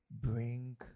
bring